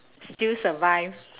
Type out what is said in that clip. still survive